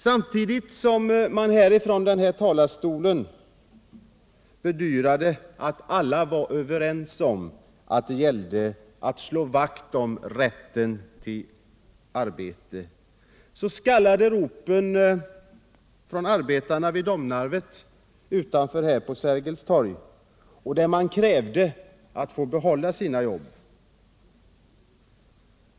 Samtidigt som man från denna talarstol bedyrade att alla är överens om att det gäller att slå vakt om rätten till arbete, skallade ropen från arbetarna vid Domnarvet här utanför på Sergels torg. De krävde att få behålla sina jobb.